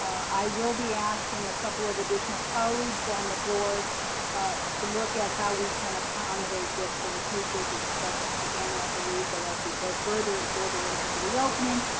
i will be asking a couple of additional colleagues on the board to look at how we can accommodate this in the future because again, i believe that as we go further and further into the reopening,